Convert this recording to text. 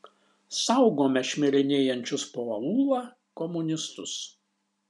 saugome šmirinėjančius po aūlą komunistus